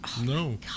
No